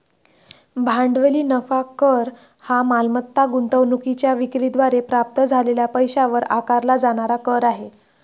भांडवली नफा कर हा मालमत्ता गुंतवणूकीच्या विक्री द्वारे प्राप्त झालेल्या पैशावर आकारला जाणारा कर आहे